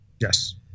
Yes